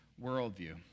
worldview